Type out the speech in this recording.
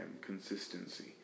consistency